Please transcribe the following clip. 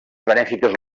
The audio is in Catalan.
benèfiques